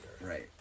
Right